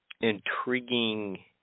intriguing